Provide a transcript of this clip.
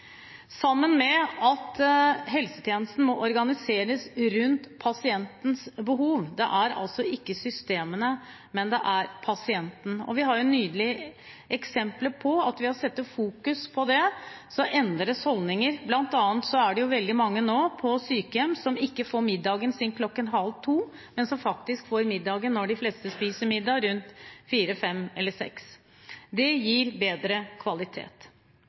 helsetjenesten må organiseres rundt pasientens behov. Det er altså ikke systemene, men det er pasienten. Vi har nydelige eksempler på at ved å fokusere på det endres holdninger, bl.a. er det veldig mange på sykehjem som ikke får middagen sin kl. 13.30, men som faktisk får middagen sin når de fleste spiser middag, rundt kl. 16.00, 17.00 eller 18.00. Det gir bedre kvalitet.